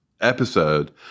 episode